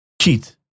cheat